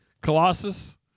Colossus